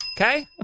okay